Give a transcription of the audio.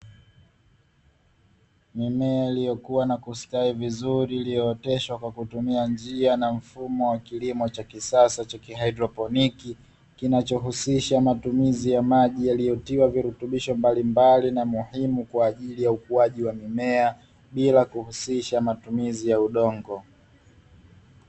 Mimea iliyokuwa na kustawi vizuri iliyooteshwa kwa kutumia njia na mfumo wa kilimo cha kisasa cha kihaidroponi. Kinachohusisha matumizi ya maji yaliyotiwa virutubisho mbalimbali na muhimu kwa ajili ya ukuaji wa mimea bila kuhusisha matumizi ya udongo.